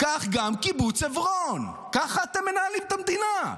כך גם קיבוץ עברון, ככה אתם מנהלים את המדינה.